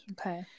Okay